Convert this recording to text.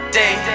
day